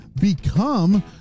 become